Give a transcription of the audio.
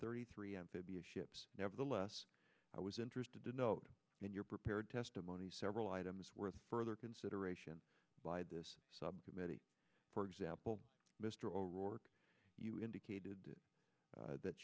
thirty three amphibious ships nevertheless i was interested to note in your prepared testimony several items worth further consideration by this subcommittee for example mr o'rourke you indicated that